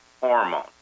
hormone